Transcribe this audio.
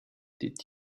did